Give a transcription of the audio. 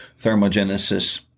thermogenesis